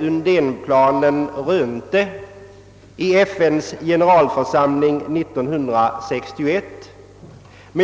Undénplanen rönte i FN:s generalförsamling 1961.